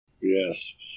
Yes